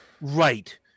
Right